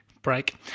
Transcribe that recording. break